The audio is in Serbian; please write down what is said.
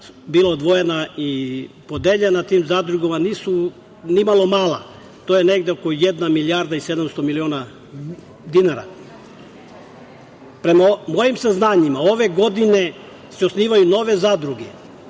izdvojila i podelila tim zadrugama nisu ni malo mala. To je negde oko jedne milijarde i 700 miliona dinara. Prema mojim saznanjima, ove godine se osnivaju nove zadruge